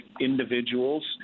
individuals